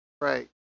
right